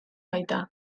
baita